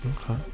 Okay